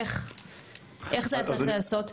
איך זה צריך להיעשות?